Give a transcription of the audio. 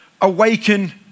awaken